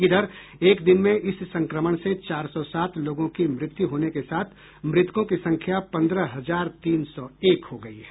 इधर एक दिन में इस संक्रमण से चार सौ सात लोगों की मृत्यु होने के साथ मृतकों की संख्या पंद्रह हजार तीन सौ एक हो गई है